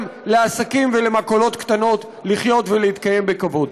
לעסקים ולמכולות קטנות לחיות ולהתקיים בכבוד.